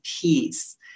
peace